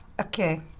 Okay